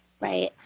Right